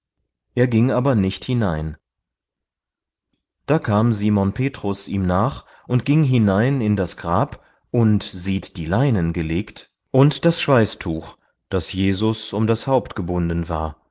er ging aber nicht hinein da kam simon petrus ihm nach und ging hinein in das grab und sieht die leinen gelegt und das schweißtuch das jesus um das haupt gebunden war